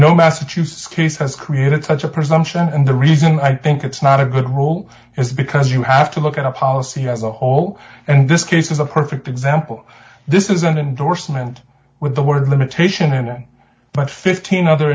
know massachusetts case has created such a presumption and the reason i think it's not a good rule is because you have to look at the policy as a whole and this case is a perfect example this isn't indorsement with the word limitation but fifteen other